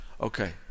Okay